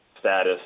status